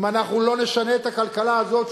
אם אנחנו לא נשנה את הכלכלה הזאת,